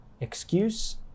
Excuse